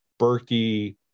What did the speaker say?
Berkey